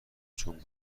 چون